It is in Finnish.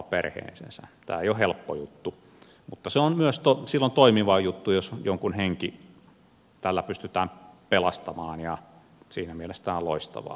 tämä ei ole helppo juttu mutta se on silloin toimiva juttu jos jonkun henki tällä pystytään pelastamaan ja siinä mielessä tämä on loistavaa